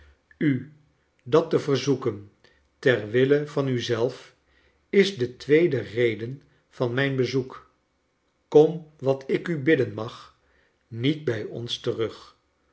it dat te verzoeken ter wille van u zelf is de tweede reden van mijn bezoek kom wat ik u bidden mag niet bij ons terug